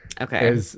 Okay